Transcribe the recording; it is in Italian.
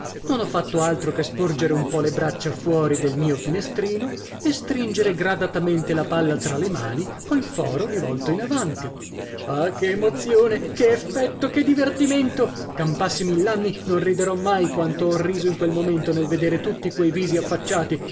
non ho fatto altro che sporgere un po le braccia fuori del mio finestrino e stringere gradatamente la palla tra le mani col foro rivolto in avanti ah che emozione che effetto che divertimento campassi mill'anni non riderò mai quanto ho riso in quel momento nel vedere tutti quei visi affacciati